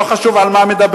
לא חשוב על מה מדברים,